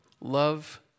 love